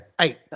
eight